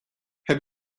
have